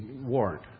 warrant